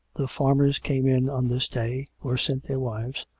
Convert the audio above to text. the farmers came in on this day, or sent their wives,